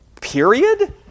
period